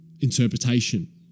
interpretation